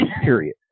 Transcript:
period